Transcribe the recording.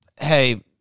hey